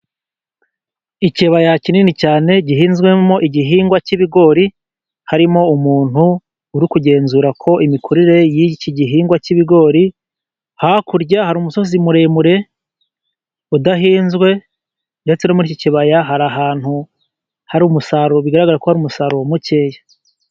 Ikibaya kinini cyane gihinzwemo igihingwa k'ibigori, harimo umuntu uri kugenzura imikurire y'iki gihingwa k'ibigori, hakurya hari umusozi muremure udahinzwe, ndetse no muri iki kibaya hari ahantu hari umusaruro bigaragara ko ari umusaruro mukeya.